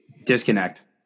Disconnect